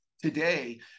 today